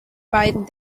beiden